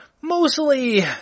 mostly